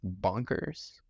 bonkers